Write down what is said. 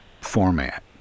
format